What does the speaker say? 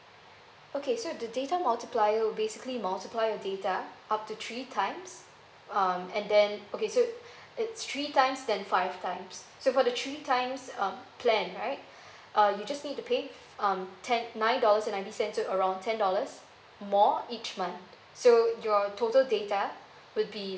okay so the data multiplier will basically multiply your data up to three times um and then okay so it's three times then five times so for the three times um plan right uh you just need to pay f~ um ten nine dollars and ninety cents so around ten dollars more each month so your total data will be